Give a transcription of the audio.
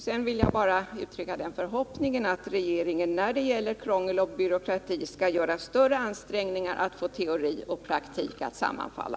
Sedan vill jag bara uttrycka den förhoppningen att regeringen när det gäller krångel och byråkrati anstränger sig mer för att få teori och praktik att sammanfalla.